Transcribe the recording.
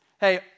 Hey